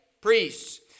Priests